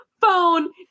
phone